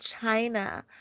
China